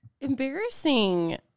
embarrassing